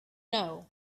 know